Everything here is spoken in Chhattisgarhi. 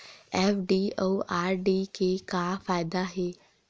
एफ.डी अउ आर.डी के का फायदा हे?